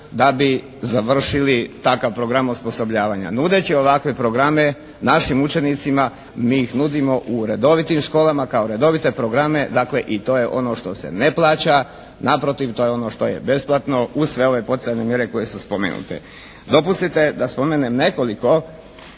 da bi završili takav program osposobljavanja. Nudeći ovakve programe našim učenicima mi ih nudimo u redovitim školama kao redovite programe, dakle i to je ono što se ne plaća. Naprotiv to je ono što je besplatno uz sve ove poticajne mjere koje su spomenute. Dopustite da spomenem nekoliko